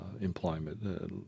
employment